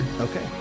Okay